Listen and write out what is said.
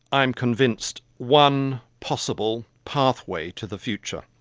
i'm convinced, one possible pathway to the future.